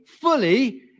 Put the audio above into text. fully